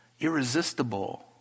irresistible